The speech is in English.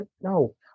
No